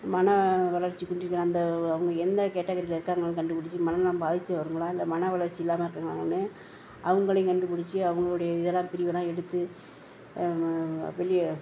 மனவளர்ச்சி குன்றின அந்த அவங்க என்ன கேட்டகிரியில் இருக்காங்கனு கண்டுபிடிச்சி மனநலம் பாதித்தவங்களா இல்லை மனவளர்ச்சி இல்லாமல் இருக்காங்களான்னு அவங்களையும் கண்டுபிடிச்சி அவங்களுடைய இதெல்லாம் பிரிவெல்லாம் எடுத்து வெளியே